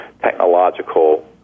technological